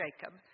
Jacob